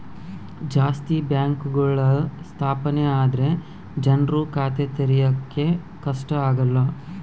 ಜಾಸ್ತಿ ಬ್ಯಾಂಕ್ಗಳು ಸ್ಥಾಪನೆ ಆದ್ರೆ ಜನ್ರು ಖಾತೆ ತೆರಿಯಕ್ಕೆ ಕಷ್ಟ ಆಗಲ್ಲ